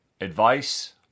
Advice